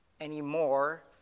anymore